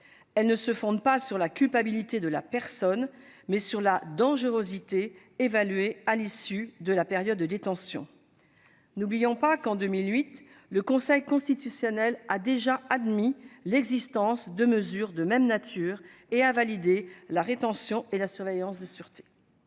Elle se fonde non sur la culpabilité de la personne, mais sur sa dangerosité évaluée à l'issue de sa période de détention. N'oublions pas que, en 2008, le Conseil constitutionnel a admis l'existence de mesures de même nature et validé la rétention et la surveillance de sûreté.